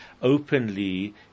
openly